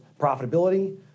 profitability